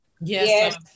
Yes